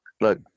Look